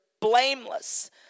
blameless